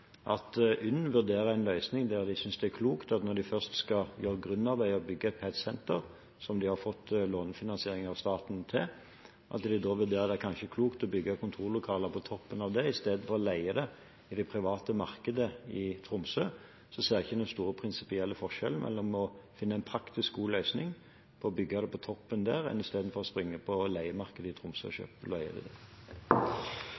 UNN vurderer en løsning der de synes det er klokt, når de først skal gjøre grunnarbeidet og bygge et PET-senter som de har fått lånefinansiering til av staten, å bygge kontorlokaler på toppen istedenfor å leie i det private markedet i Tromsø, så ser jeg ikke den store prinsipielle forskjellen mellom å finne en praktisk og god løsning ved å bygge på toppen og selv å springe på leiemarkedet i Tromsø